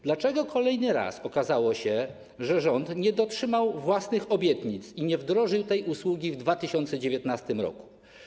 Dlaczego kolejny raz okazało się, że rząd nie dotrzymał własnych obietnic i nie wdrożył tej usługi w 2019 r.